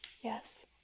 Yes